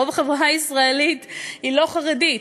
רוב החברה הישראלית היא לא חרדית,